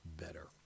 better